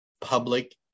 public